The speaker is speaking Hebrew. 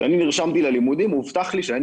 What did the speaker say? כשאני נרשמתי ללימודים הובטח לי שאני